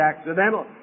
accidental